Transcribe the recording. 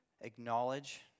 acknowledge